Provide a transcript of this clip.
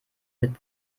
mit